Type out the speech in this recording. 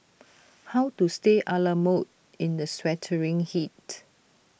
how to stay A la mode in the sweltering heat